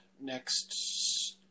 Next